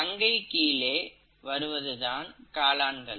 ஃபன்கைக்கு கீழே வருவதுதான் காளான்கள்